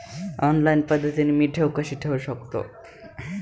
Online पद्धतीने मी ठेव कशी ठेवू शकतो?